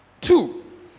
Two